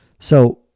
so,